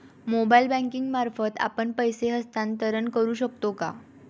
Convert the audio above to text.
Mobile banking मार्फत आपण पैसे हस्तांतरण करू शकतो का?